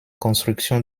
construction